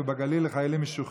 מי נמנע?